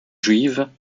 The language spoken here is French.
juive